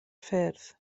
ffyrdd